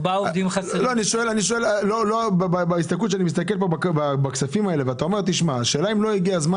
אני מסתכל על הכספים האלה ואני שואל האם לא הגיע הזמן